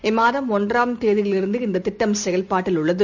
இம்மாதம் ஒன்றாம் தேதியிலிருந்து இந்ததிட்டம் செயல்பாட்டில் உள்ளது